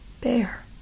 bear